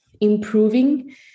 improving